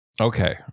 Okay